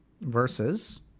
Versus